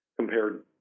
compared